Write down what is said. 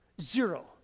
Zero